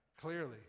Clearly